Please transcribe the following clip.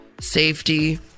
Safety